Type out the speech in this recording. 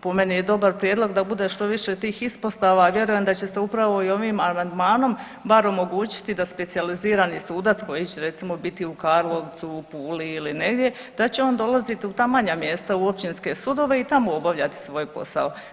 po meni je dobar prijedlog da bude što više tih ispostava i vjerujem da će se upravo i ovim amandmanom bar omogućiti da specijalizirani sudac koji će recimo biti u Karlovcu, u Puli ili negdje da će on dolazit u ta manja mjesta u općinske sudove i tamo obavljati svoj posao.